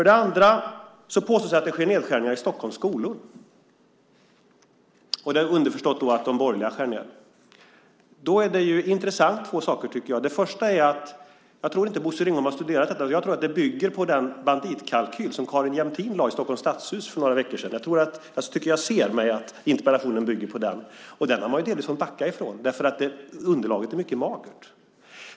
Dessutom påstås att det sker nedskärningar i Stockholms skolor, underförstått att de borgerliga skär ned. Då är två saker intressanta. Först och främst tror jag inte att Bosse Ringholm har studerat detta. Jag tror att det bygger på den banditkalkyl som Carin Jämtin lade fram i Stockholms stadshus för några veckor sedan. Jag tycker att jag ser att interpellationen bygger på den. Men den har man delvis fått backa från, därför att underlaget är mycket magert.